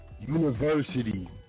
University